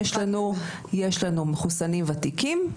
יש לנו מחוסנים ותיקים,